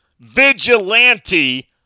vigilante